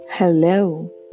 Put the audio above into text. Hello